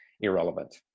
irrelevant